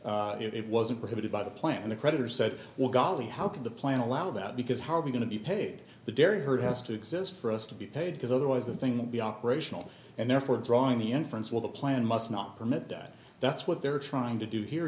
wasn't it wasn't prohibited by the plan the creditor said well golly how can the plan allow that because how are we going to be paid the dairy herd has to exist for us to be paid because otherwise the thing will be operational and therefore drawing the inference will the plan must not permit that that's what they're trying to do here